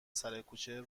سرکوچه